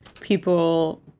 people